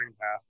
path